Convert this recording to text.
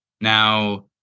Now